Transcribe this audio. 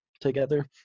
together